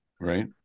Right